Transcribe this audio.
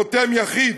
חותם יחיד.